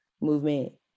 Movement